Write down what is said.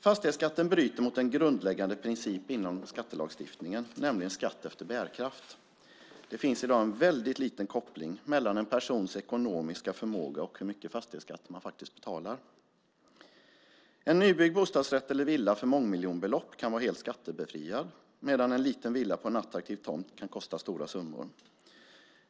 Fastighetsskatten bryter mot en grundläggande princip inom skattelagstiftningen, nämligen skatt efter bärkraft. Det finns i dag en liten koppling mellan en persons ekonomiska förmåga och hur mycket fastighetsskatt man faktiskt betalar. En nybyggd bostadsrätt eller villa för mångmiljonbelopp kan vara helt skattebefriad medan en liten villa på en attraktiv tomt kan kosta stora summor i skatt.